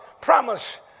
promise